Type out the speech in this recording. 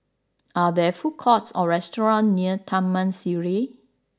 are there food courts or restaurants near Taman Sireh